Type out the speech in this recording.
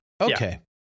Okay